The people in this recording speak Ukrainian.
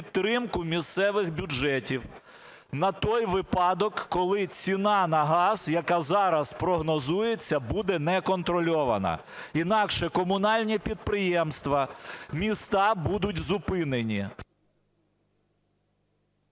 підтримку місцевих бюджетів на той випадок, коли ціна на газ, яка зараз прогнозується, буде неконтрольована. Інакше комунальні підприємства, міста будуть зупинені.